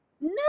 No